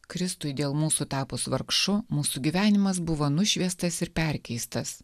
kristui dėl mūsų tapus vargšu mūsų gyvenimas buvo nušviestas ir perkeistas